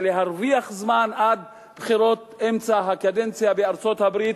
זה להרוויח זמן עד בחירות אמצע הקדנציה בארצות-הברית.